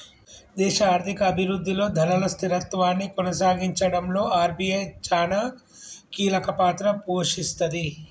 దేశ ఆర్థిక అభిరుద్ధిలో ధరల స్థిరత్వాన్ని కొనసాగించడంలో ఆర్.బి.ఐ చానా కీలకపాత్ర పోషిస్తది